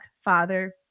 Father